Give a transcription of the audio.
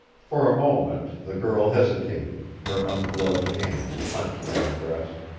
for a moment the girl hesitated, her ungloved hands clenched on her breast,